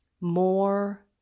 More